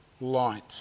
light